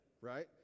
Right